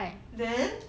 then